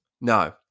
No